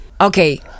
Okay